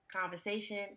Conversation